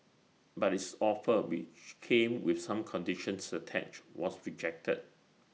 but its offer which came with some conditions attached was rejected